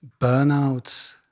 burnout